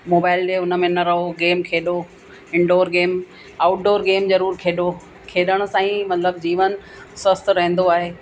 mobile ॾे उन में न रहो गेम खेॾो इंडोर गेम आउटडोर गेम ज़रूरु खेॾो खेॾण सां ई मतिलबु जीवन स्वस्थ रहंदो आहे